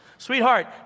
Sweetheart